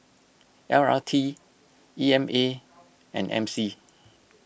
L R T E M A and M C